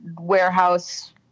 warehouse